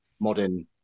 modern